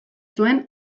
zuen